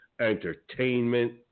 entertainment